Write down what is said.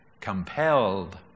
compelled